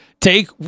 Take